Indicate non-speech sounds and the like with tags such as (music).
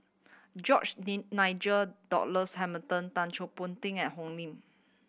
George (unintelligible) Nigel Douglas Hamilton Chua Thian Poh Ting and Oi Lin